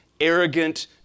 arrogant